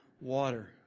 water